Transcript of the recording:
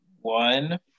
One